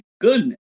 goodness